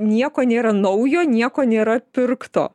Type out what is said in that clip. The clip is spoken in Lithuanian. nieko nėra naujo nieko nėra pirkto